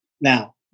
Now